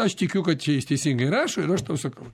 aš tikiu kad čia jis teisingai rašo ir aš tau sakau